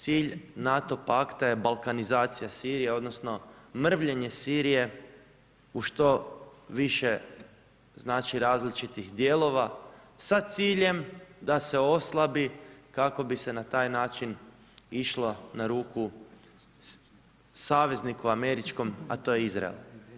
Cilj NATO pakta je balkanizacija Sirije odnosno mrvljenje Sirije u što više znači, različitih dijelova sa ciljem da se oslabi kako bi se na taj način išlo na ruku savezniku američkom, a to je Izrael.